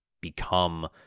become